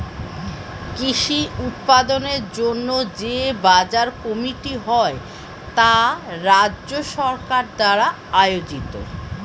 কৃষি উৎপাদনের জন্য যে বাজার কমিটি হয় তা রাজ্য সরকার দ্বারা আয়োজিত